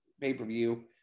pay-per-view